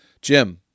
Jim